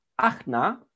Achna